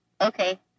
Okay